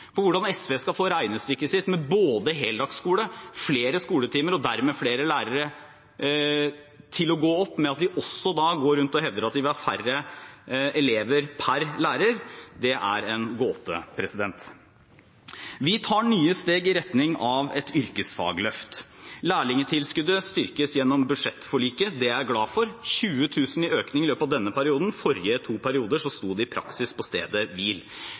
Hvordan SV skal få regnestykket sitt, med både heldagsskole, flere skoletimer og dermed flere lærere, til å gå opp med at de også går rundt og hevder at de vil ha færre elever per lærer, er en gåte. Vi tar nye steg i retning av et yrkesfagløft. Lærlingtilskuddet styrkes gjennom budsjettforliket, og det er jeg glad for – 20 000 kr i økning i løpet av denne perioden. De forrige to perioder sto det i praksis på stedet hvil.